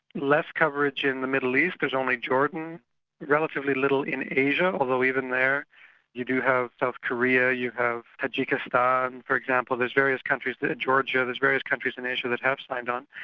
less coverage in the middle east, there's only jordan relatively little in asia, although even there you do have south korea, you have tajikistan, for example there's various countries there, georgia, there's various countries in asia that have signed on.